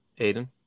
Aiden